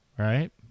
Right